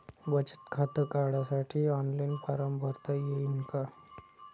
बचत खातं काढासाठी ऑफलाईन फारम भरता येईन का?